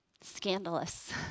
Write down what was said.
Scandalous